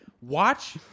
Watch